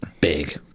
big